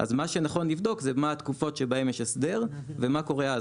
אז מה שנכון לבדוק זה מה התקופות שבהן יש הסדר ומה קורה אז.